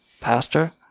Pastor